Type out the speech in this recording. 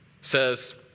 says